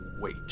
wait